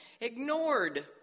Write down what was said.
ignored